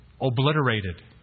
obliterated